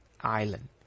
island